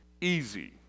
easy